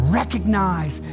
recognize